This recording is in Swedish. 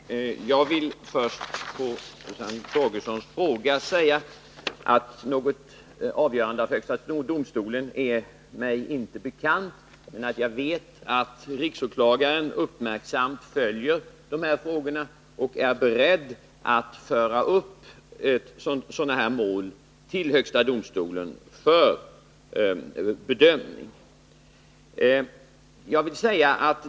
Herr talman! Jag vill först med anledning av Susann Torgersons fråga säga att något avgörande av högsta domstolen är mig inte bekant. Men jag vet att riksåklagaren uppmärksamt följer de här frågorna och att han är beredd att föra upp mål av detta slag till högsta domstolen för bedömning.